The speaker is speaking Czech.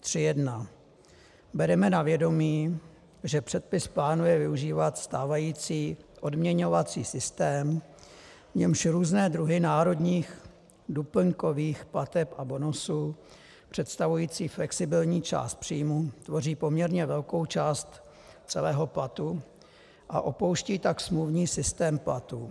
3.1. Bereme na vědomí, že předpis plánuje využívat stávající odměňovací systém, v němž různé druhy národních doplňkových plateb a bonusů představující flexibilní část příjmu tvoří poměrně velkou část celého platu, a opouští tak smluvní systém platů.